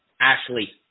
Ashley